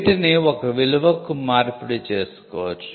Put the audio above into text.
వీటిని ఒక విలువకు మార్పిడి చేసుకోవచ్చు